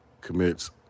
commits